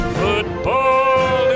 football